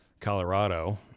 Colorado